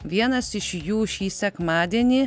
vienas iš jų šį sekmadienį